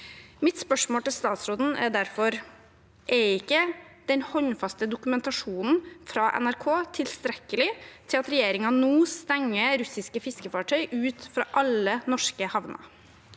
Mitt spørsmål til statsråden er derfor: Er ikke den håndfaste dokumentasjonen fra NRK tilstrekkelig til at regjeringen nå stenger russiske fiskefartøyer ute fra alle norske havner?